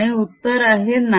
आणि उत्तर आहे नाही